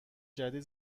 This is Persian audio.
جدید